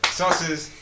sauces